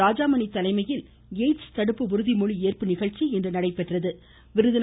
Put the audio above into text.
ராஜாமணி தலைமையில் எய்ட்ஸ் தடுப்பு உறுதிமொழி ஏற்பு நிகழ்ச்சி நடைபெற்றது